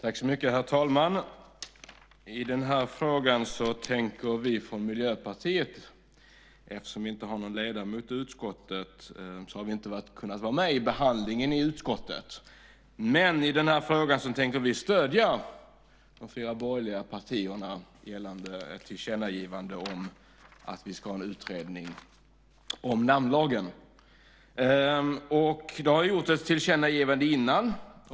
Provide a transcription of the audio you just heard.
Herr talman! Eftersom Miljöpartiet inte har någon ledamot i utskottet har vi inte kunnat vara med vid behandlingen i utskottet. Men i den här frågan tänker vi stödja de fyra borgerliga partierna när det gäller ett tillkännagivande om att det ska tillsättas en utredning om namnlagen. Det har tidigare gjorts ett tillkännagivande.